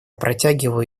протягиваю